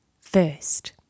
first